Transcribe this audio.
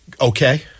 Okay